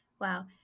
Wow